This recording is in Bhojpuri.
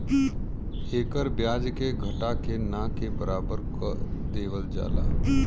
एकर ब्याज के घटा के ना के बराबर कर देवल जाला